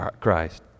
Christ